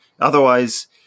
Otherwise